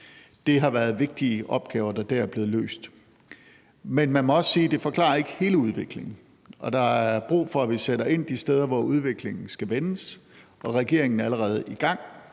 Det har været vigtige opgaver, der dér er blevet løst. Men man må også sige, at det ikke forklarer hele udviklingen, og der er brug for, at vi sætter ind de steder, hvor udviklingen skal vendes, og regeringen er allerede i gang.